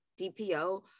DPO